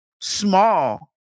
small